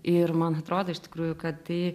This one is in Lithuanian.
ir man atrodo iš tikrųjų kad tai